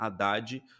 Haddad